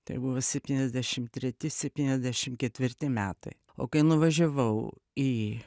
tai buvo septyniasdešim treti septyniasdešim ketvirti metai o kai nuvažiavau į